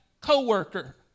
co-worker